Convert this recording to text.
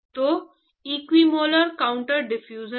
तो यह equimolar counter diffusion है